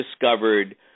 discovered